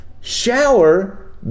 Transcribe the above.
shower